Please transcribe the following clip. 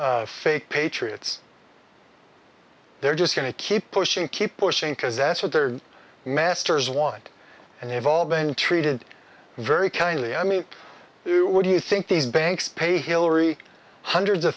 fake patriots they're just going to keep pushing keep pushing because that's what their masters want and they've all been treated very kindly i mean what do you think these banks pay hillary hundreds of